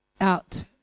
out